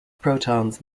protons